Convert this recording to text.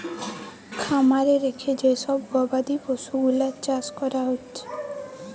খামারে রেখে যে সব গবাদি পশুগুলার চাষ কোরা হচ্ছে